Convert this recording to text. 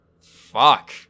Fuck